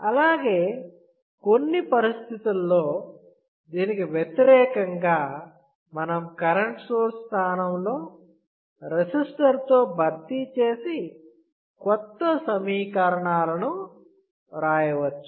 అలాగే కొన్ని పరిస్థితుల్లో దీనికి వ్యతిరేకంగా మనం కరెంట్ సోర్స్ స్థానంలో రెసిస్టర్ తో భర్తీ చేసి కొత్త సమీకరణాలను వ్రాయవచ్చు